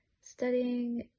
studying